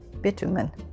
Bitumen